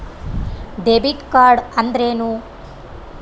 Debit card ಅಂದ್ರೇನು?